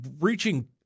reaching